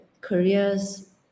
careers